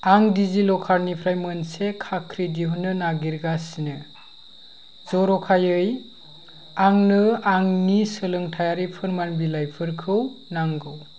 आं डिजिलकारनिफ्राय मोनसे खाख्रि दिहुननो नागिरगासिनो जर'खायै आंनो आंनि सोलोंथाइयारि फोरमान बिलाइफोरखौ नांगौ